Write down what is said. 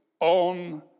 on